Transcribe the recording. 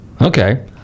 Okay